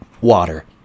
water